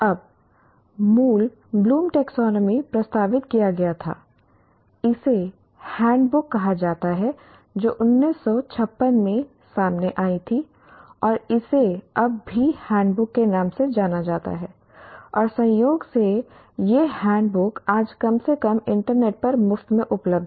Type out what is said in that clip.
अब मूल Bloom taxonomy Bloom's taxonomy प्रस्तावित किया गया था इसे हैंड बुक कहा जाता है जो 1956 में सामने आई थी और इसे अब भी हैंडबुक के नाम से जाना जाता है और संयोग से यह हैंडबुक आज कम से कम इंटरनेट पर मुफ्त में उपलब्ध है